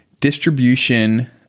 distribution